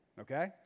okay